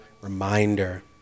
reminder